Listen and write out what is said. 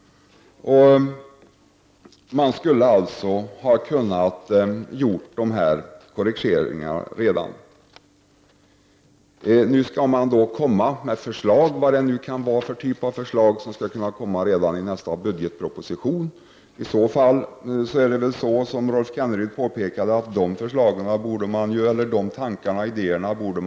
Man skulle alltså redan ha kunnat göra dessa korrigeringar. Nu skall man komma med förslag, vad det nu kan vara för typ av förslag som kan komma redan i nästa budgetproposition. De tankarna och idéerna borde man ju, som Rolf Kenneryd påpekade, känna till redan i dag, eftersom det — Prot.